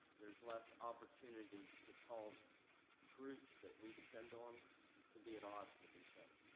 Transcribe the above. there's less opportunity to cause groups that we depend on to be at odds with each other.